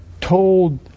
told